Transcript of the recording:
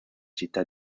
città